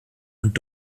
und